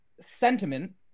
sentiment